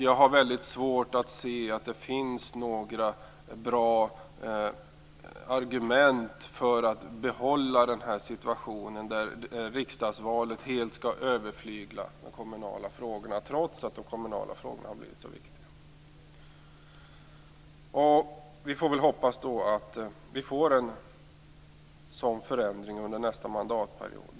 Jag har väldigt svårt att se att det finns några bra argument för att behålla den nuvarande situationen där riksdagsvalet helt skall överflygla de kommunala frågorna trots att de kommunala frågorna har blivit så viktiga. Vi får väl hoppas att vi får en sådan här förändring under nästa mandatperiod.